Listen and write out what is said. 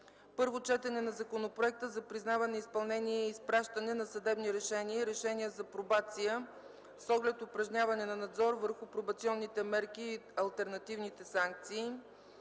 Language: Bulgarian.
Първо четене на Законопроекта за признаване, изпълнение и изпращане на съдебни решения и решения за пробация с оглед упражняване на надзор върху пробационните мерки и алтернативните санкции.